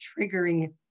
triggering